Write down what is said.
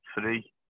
three